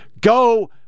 Go